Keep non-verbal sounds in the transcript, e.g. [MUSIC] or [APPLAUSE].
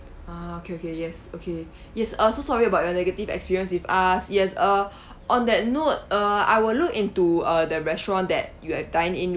ah okay okay yes okay yes uh so sorry about your negative experience with us yes uh [BREATH] on that note uh I will look into uh the restaurant that you had dined in